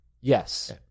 yes